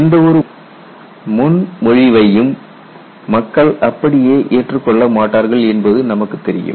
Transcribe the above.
எந்த ஒரு முன்மொழிவையும் மக்கள் அப்படியே ஏற்றுக்கொள்ள மாட்டார்கள் என்பது நமக்குத் தெரியும்